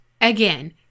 Again